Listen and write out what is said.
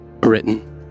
written